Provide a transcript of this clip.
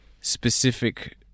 specific